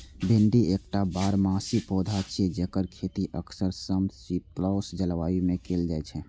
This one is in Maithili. भिंडी एकटा बारहमासी पौधा छियै, जेकर खेती अक्सर समशीतोष्ण जलवायु मे कैल जाइ छै